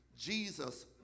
Jesus